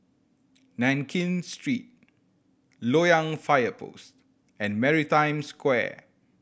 Nankin Street Loyang Fire Post and Maritime Square